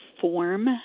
form